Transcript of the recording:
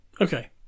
Okay